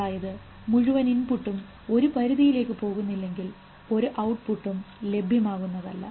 അതായത് മുഴുവൻ ഇൻപുട്ടും ഒരു പരിധിയിലേക്ക് പോകുന്നില്ലെങ്കിൽ ഒരു ഔട്ട്പുട്ടും ലഭ്യമാകുന്നതല്ല